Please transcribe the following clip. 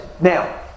Now